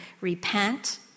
repent